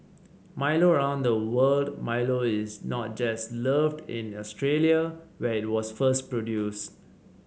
Milo around the world Milo is not just loved in Australia where it was first produced